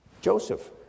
Joseph